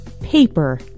paper